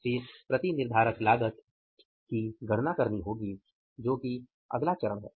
फिर प्रति निर्धारक लागत की गणना करनी होगी जो कि अगला चरण है